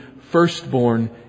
firstborn